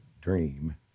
dream